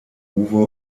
uwe